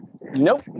Nope